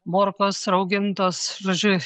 morkos raugintos žodžiu